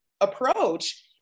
approach